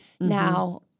Now